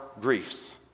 griefs